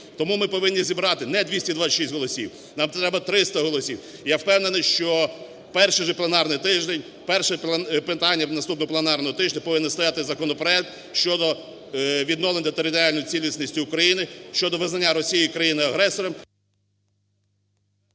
Тому ми повинні зібрати не 226 голосів, нам треба 300 голосів. І я впевнений, що перший же пленарний тиждень, перше питання наступного пленарного тижня повинен стояти законопроект щодо відновлення територіальної цілісності України, щодо визнання Росії країною-агресором…